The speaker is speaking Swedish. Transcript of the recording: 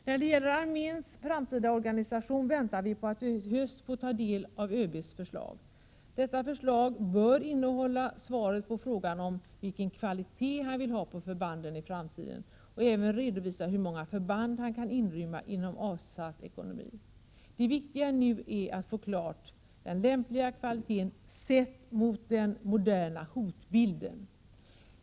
Vi väntar på att i höst få ta del av ÖB:s förslag till arméns framtida organisation. Detta förslag bör innehålla svar på frågan vilken kvalitet han vill ha på förbanden i framtiden och även redovisa hur många förband han kan inrymma inom givna ekonomiska ramar. Det viktiga nu är att lösa frågan om lämplig kvalitet i förhållande till den moderna hotbilden.